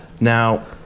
Now